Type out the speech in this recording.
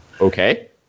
Okay